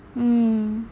mm